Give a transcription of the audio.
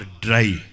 dry